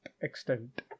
extent